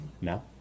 No